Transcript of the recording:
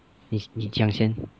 你你讲先